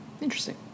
Interesting